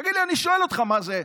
תגיד לי, אני שואל אותך, מה זה,